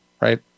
right